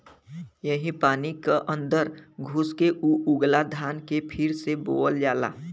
यही पानी क अन्दर घुस के ऊ उगला धान के फिर से बोअल जाला